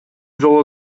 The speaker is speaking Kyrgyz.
жолу